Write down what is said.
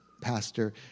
pastor